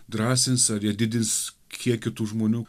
drąsins ar jie didins kiekį tų žmonių